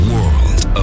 World